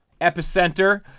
epicenter